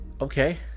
Okay